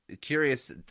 curious